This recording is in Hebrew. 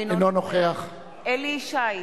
אינו נוכח אליהו ישי,